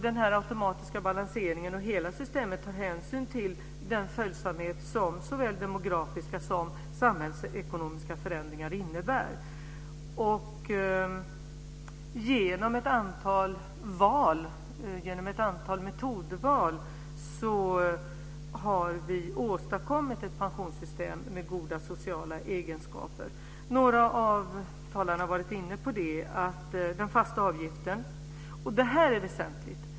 Den automatiska balanseringen och hela systemet tar hänsyn till den följsamhet som såväl demografiska som samhällsekonomiska förändringar innebär. Genom ett antal metodval har vi åstadkommit ett pensionssystem med goda sociala egenskaper. Några av talarna har varit inne på den fasta avgiften, och det är väsentligt.